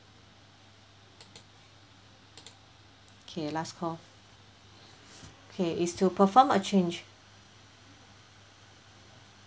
okay last call okay it's to perform a change